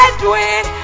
Edwin